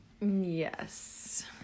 Yes